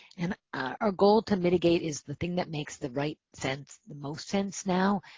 and our goal to mitigate is the thing that makes the right sense, the most sense now,